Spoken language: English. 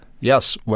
Yes